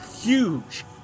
huge